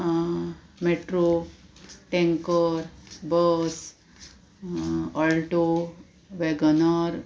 metro tanker bus Alto Wegener